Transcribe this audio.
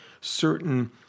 certain